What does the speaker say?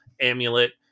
amulet